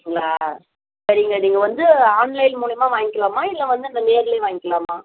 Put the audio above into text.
அப்படிங்களா சரிங்க நீங்கள் வந்து ஆன்லைன் மூலியமாக வாங்கிக்கலாமா இல்லை வந்து அங்கே நேர்லேயே வாங்கிக்கலாமா